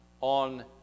on